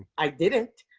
i didn't.